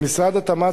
ממשרד התמ"ת,